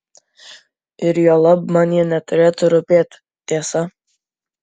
ir juolab man ji neturėtų rūpėti tiesa